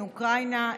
מאוקראינה,